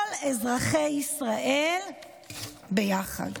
כל אזרחי ישראל ביחד".